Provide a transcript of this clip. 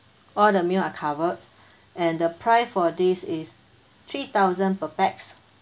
all the meals are covered and the price for this is three thousand per pax